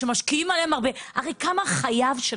שמשקיעים בהן הרבה הרי כמה חייו של